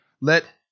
let